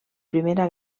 primera